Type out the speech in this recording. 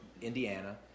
Indiana